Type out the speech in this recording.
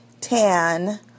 tan